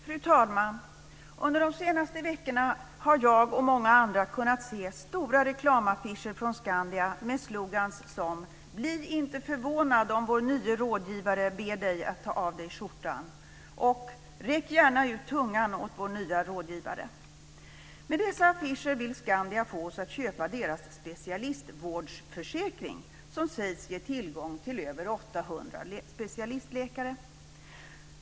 Fru talman! Under de senaste veckorna har jag och många andra kunnat se stora reklamaffischer från Skandia med slogan som: Bli inte förvånad om vår nye rådgivare ber dig att ta av dig skjortan, Räck gärna ut tungan åt vår nya rådgivare. Med dessa affischer vill Skandia få oss att köpa dess specialistvårdsförsäkring som sägs ge tillgång till över 800 specialistläkare.